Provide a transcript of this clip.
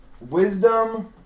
Wisdom